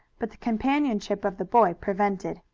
but the companionship of the boy prevented.